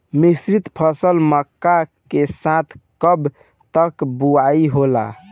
मिश्रित फसल मक्का के साथ कब तक बुआई होला?